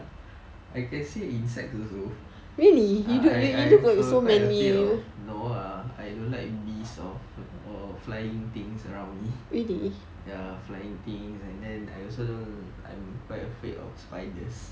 I can say insects also ah I I quite afraid of no ah I don't like bees or or flying things around me ya flying things and then I also don't I'm quite afraid of spiders